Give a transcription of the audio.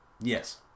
Yes